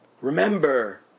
remember